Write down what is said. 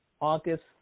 August